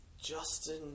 Justin